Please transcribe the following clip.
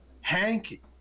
Hank